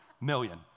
million